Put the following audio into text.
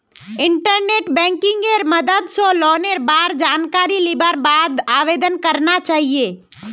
internet बैंकिंगेर मदद स लोनेर बार जानकारी लिबार बाद आवेदन करना चाहिए